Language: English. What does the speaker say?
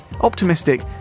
optimistic